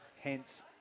hence